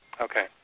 Okay